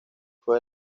fue